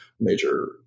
major